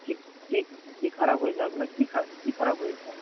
কী কী কী খারাপ হয়েছে আপনার কী খা কী খারাপ হয়েছে